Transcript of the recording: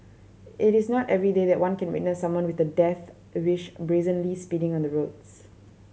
it is not everyday that one can witness someone with a death wish brazenly speeding on the roads